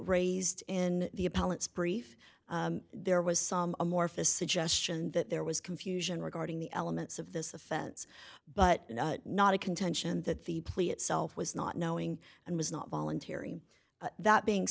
raised in the appellant's brief there was some amorphous suggestion that there was confusion regarding the elements of this offense but not a contention that the plea itself was not knowing and was not voluntary that being